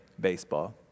baseball